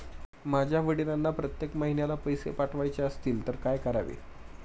माझ्या वडिलांना प्रत्येक महिन्याला पैसे पाठवायचे असतील तर काय करावे?